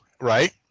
right